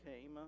came